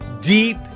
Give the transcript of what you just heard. deep